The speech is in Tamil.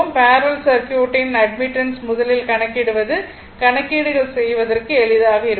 பேரலல் சர்க்யூட்டின் அட்மிட்டன்ஸை முதலில் கணக்கிடுவது கணக்கீடுகள் செய்வதற்கு எளிதானதாக இருக்கும்